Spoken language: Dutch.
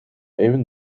even